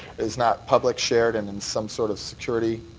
is not public shared and in some sort of security